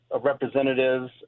representatives